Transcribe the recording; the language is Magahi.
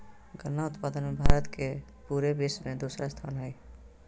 गन्ना उत्पादन मे भारत के पूरे विश्व मे दूसरा स्थान हय